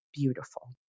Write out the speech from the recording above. beautiful